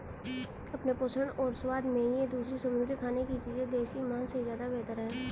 अपने पोषण और स्वाद में ये दूसरी समुद्री खाने की चीजें देसी मांस से ज्यादा बेहतर है